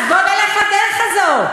אז בוא נלך בדרך הזאת.